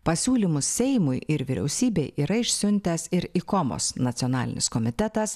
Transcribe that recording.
pasiūlymus seimui ir vyriausybei yra išsiuntęs ir ikomos nacionalinis komitetas